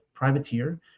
Privateer